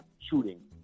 shooting